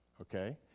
okay